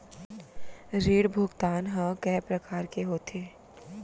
ऋण भुगतान ह कय प्रकार के होथे?